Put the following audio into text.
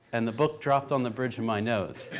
and the book dropped on the bridge of my nose.